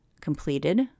completed